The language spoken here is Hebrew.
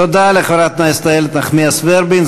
תודה לחברת הכנסת איילת נחמיאס ורבין.